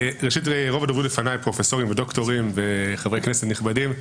לפניי, פרופסורים ודוקטורים וחברי כנסת נכבדים,